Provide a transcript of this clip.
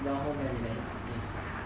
well home then we let him out then is quite hard